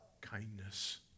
kindness